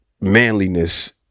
manliness